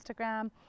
Instagram